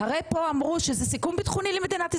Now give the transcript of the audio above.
הרי, פה אמרו שזה סיכון ביטחוני למדינת ישראל,